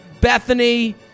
Bethany